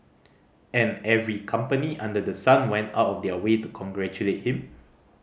and every company under the sun went out of their way to congratulate him